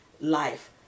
life